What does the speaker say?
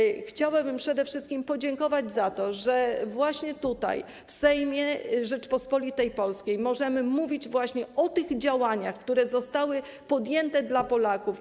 Dlatego też chciałabym przede wszystkim podziękować za to, że właśnie tutaj, w Sejmie Rzeczypospolitej Polskiej, możemy mówić właśnie o tych działaniach, które zostały podjęte dla Polaków.